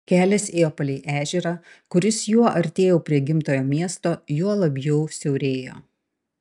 kelias ėjo palei ežerą kuris juo artėjau prie gimtojo miesto juo labiau siaurėjo